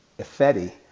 Effetti